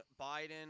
Biden